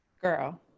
Girl